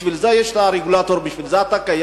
בשביל זה יש הרגולטור, בשביל זה אתה קיים.